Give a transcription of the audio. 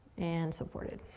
and supported.